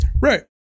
Right